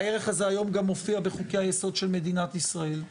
הערך הזה גם היום מופיע בחוקי היסוד של מדינת ישראל.